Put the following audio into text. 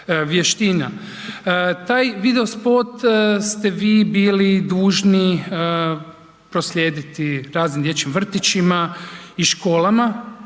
Taj video spot ste vi bili dužni proslijediti raznim dječjim vrtićima i školama